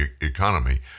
economy